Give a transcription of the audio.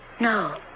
No